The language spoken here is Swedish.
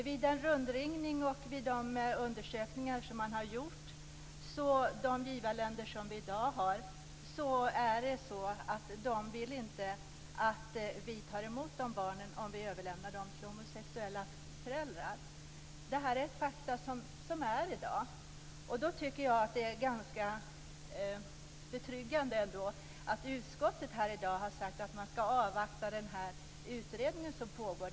Vid en rundringning och i de undersökningar man gjort framgår att de givarländer vi i dag har inte vill att vi tar emot de barnen om vi överlämnar dem till homosexuella föräldrar. Det här är ett faktum i dag. Därför tycker jag att det är ganska betryggande att utskottet har sagt att man ska avvakta den utredning som pågår.